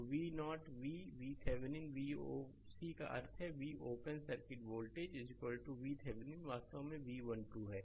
तो V o V VThevenin Voc कि V open circuit voltage VThevenin वास्तव में V 12 है